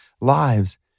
lives